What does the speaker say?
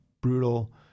brutal